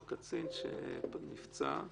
הקצין שנפצע.